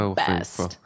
best